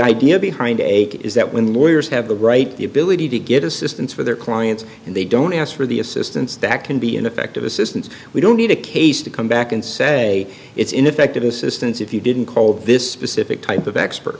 idea behind a kit is that when lawyers have the right the ability to get assistance for their clients and they don't ask for the assistance that can be ineffective assistance we don't need a case to come back and say it's ineffective assistance if you didn't call this specific type of expert